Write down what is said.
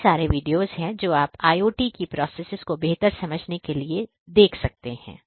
कई सारे वीडियोस है जो आप IOT की प्रोसेस को बेहतर समझने के लिए देख सकते हैं